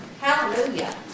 Hallelujah